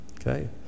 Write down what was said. Okay